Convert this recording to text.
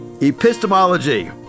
epistemology